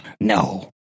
No